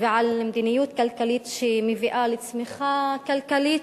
ועל מדיניות כלכלית שמביאה לצמיחה כלכלית,